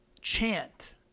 chant